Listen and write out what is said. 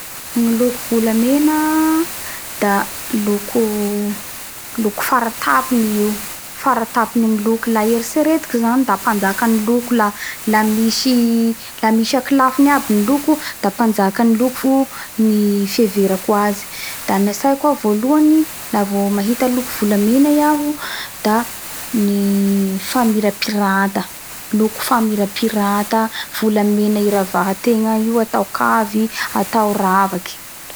Ny loko volamena da loko loko faratapony i io faratapony amy loko la eritseritiko zany da panjakany loko la misy akolafony aby la panjaka loko ny fieverako azy da gnatsaiko ao voalohany la vo mahita loko volamena iaho da ny famirapirata loko famirapirata volamena iravahategna io atao kavy atao ravy